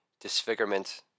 disfigurement